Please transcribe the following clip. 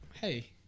Hey